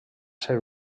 ser